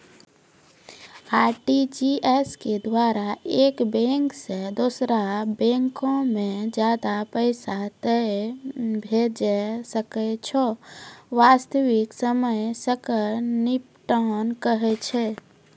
RTGS के द्वारा एक बैंक से दोसरा बैंको मे ज्यादा पैसा तोय भेजै सकै छौ वास्तविक समय सकल निपटान कहै छै?